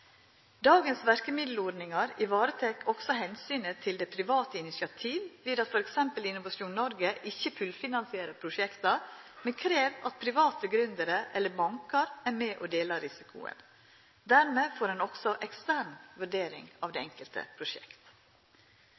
Dagens verkmiddelordningar varetek også omsynet til det private initiativet ved at f.eks. Innovasjon Norge ikkje fullfinansierer prosjekta, men krev at private gründerar eller bankar er med og delar risikoen. Dermed får ein også ekstern vurdering av det enkelte prosjekt.